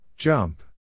Jump